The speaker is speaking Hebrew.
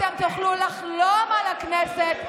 אתם תוכלו לחלום על הכנסת מרחוק.